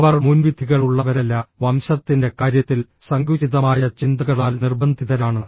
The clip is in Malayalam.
അവർ മുൻവിധികളുള്ളവരല്ല വംശത്തിന്റെ കാര്യത്തിൽ സങ്കുചിതമായ ചിന്തകളാൽ നിർബന്ധിതരാണ്